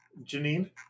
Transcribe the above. Janine